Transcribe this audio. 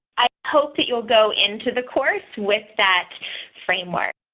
i hope that you'll go into the course with that framework